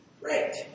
great